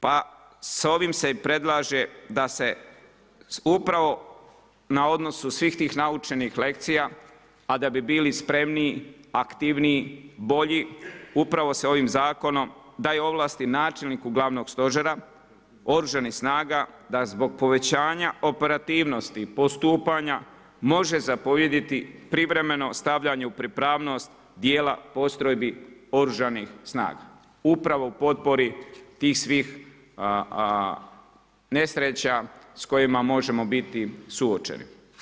Pa sa ovim se i predlaže da se upravo na odnosu svih tih naučenih lekcija, a da bi bili spremniji, aktivniji, bolji upravo se ovim zakonom daju ovlasti načelniku Glavnog stožera Oružanih snaga da zbog povećanja operativnosti, postupanja može zapovjediti privremeno pripravljanje u pripravnost dijela postrojbi Oružanih snaga upravo potpori tih svih nesreća sa kojima možemo biti suočeni.